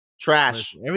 trash